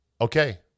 okay